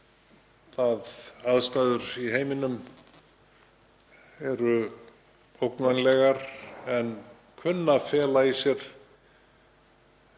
Aðstæður í heiminum eru ógnvænlegar en kunna að fela í sér